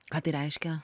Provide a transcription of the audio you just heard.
ką tai reiškia